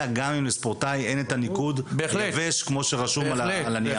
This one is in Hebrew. גם אם לספורטאי אין את הניקוד היבש כמו שכתוב על הנייר.